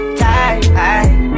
tight